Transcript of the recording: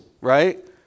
right